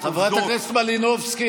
חברת הכנסת מלינובסקי,